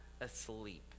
asleep